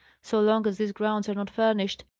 so long as these grounds are not furnished,